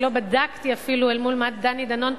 אני לא בדקתי אפילו אל מול מה דני דנון,